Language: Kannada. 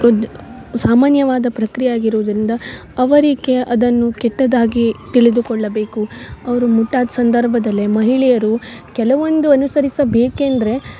ಉದ್ ಸಾಮಾನ್ಯವಾದ ಪ್ರಕ್ರಿಯೆ ಆಗಿರುವುದರಿಂದ ಅವರಿಗೆ ಅದನ್ನು ಕೆಟ್ಟದಾಗೆ ತಿಳಿದುಕೊಳ್ಳಬೇಕು ಅವರು ಮುಟ್ಟಾದ ಸಂದರ್ಭದಲ್ಲೇ ಮಹಿಳೆಯರು ಕೆಲವೊಂದು ಅನುಸರಿಸಬೇಕೆಂದರೆ